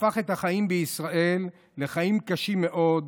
הפך את החיים בישראל לחיים קשים מאוד.